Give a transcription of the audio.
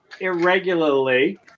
irregularly